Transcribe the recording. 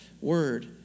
word